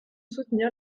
soutenir